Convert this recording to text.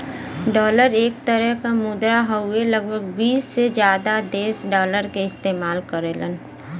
dollar एक तरे क मुद्रा हउवे लगभग बीस से जादा देश डॉलर क इस्तेमाल करेलन